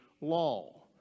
law